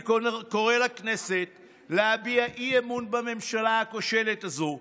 אני קורא לכנסת להביע אי-אמון בממשלה הכושלת הזו,